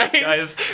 Guys